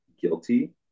guilty